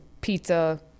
pizza